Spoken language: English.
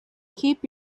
keep